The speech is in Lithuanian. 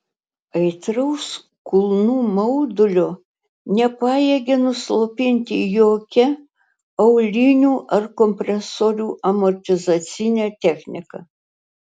aitraus kulnų maudulio nepajėgė nuslopinti jokia aulinių ar kompresorių amortizacinė technika